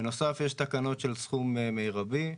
בנוסף, יש תקנות של סכום מרבי,